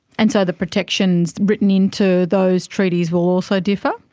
and so the protections written in to those treaties will also differ?